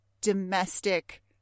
domestic